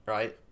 Right